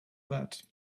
that